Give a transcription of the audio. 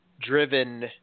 driven